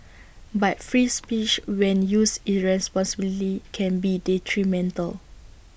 but free speech when used irresponsibly can be detrimental